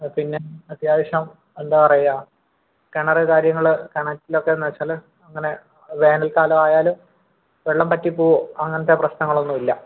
പിന്നെ അത്യാവശ്യം എന്താ പറയാ കിണറ് കാര്യങ്ങൾ കിണറ്റിലൊക്കേന്ന് വെച്ചാൽ അങ്ങനെ വേനൽക്കാലം ആയാൽ വെള്ളം വറ്റി പോവോ അങ്ങനത്തെ പ്രശ്നങ്ങളൊന്നും ഇല്ല